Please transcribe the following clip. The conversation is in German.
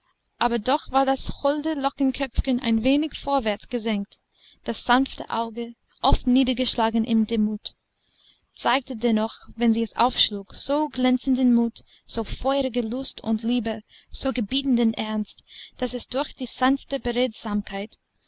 aber doch war das holde lockenköpfchen ein wenig vorwärts gesenkt das sanfte auge oft niedergeschlagen in demut zeigte dennoch wenn sie es aufschlug so glänzenden mut so feurige lust und liebe so gebietenden ernst daß es durch die sanfte